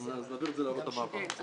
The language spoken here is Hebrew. אז נעביר את זה להוראות המעבר.